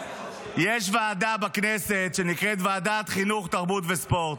יש ועדה בכנסת שנקראת ועדת חינוך, תרבות וספורט,